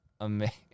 amazing